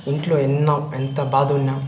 ఇంట్లో ఎన్నో ఎంత బాధున్న